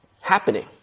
happening